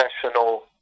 professional